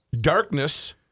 darkness